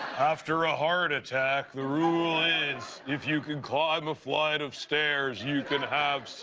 after a heart attack the rule is, if you can climb a flight of stairs, you can